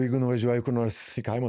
jeigu nuvažiuoji kur nors į kaimą